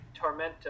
tormenta